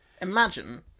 Imagine